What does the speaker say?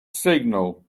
signal